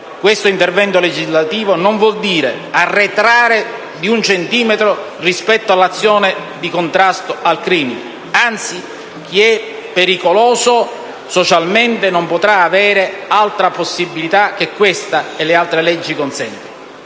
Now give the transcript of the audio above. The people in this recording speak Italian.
questo intervento legislativo non vuol dire arretrare di un centimetro rispetto all'azione di contrasto al crimine, anzi, chi è pericoloso socialmente non potrà avere altra possibilità che questa e le altre leggi consentono.